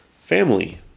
Family